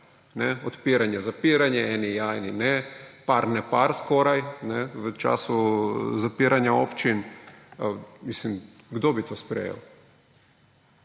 odpiranje, zapiranje, eni ja, eni ne, par, nepar skoraj v času zapiranja občin. Kdo bi to sprejel?